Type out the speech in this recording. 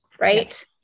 right